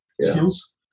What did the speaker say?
skills